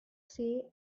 sea